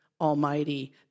Almighty